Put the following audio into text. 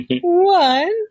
one